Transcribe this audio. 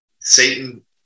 Satan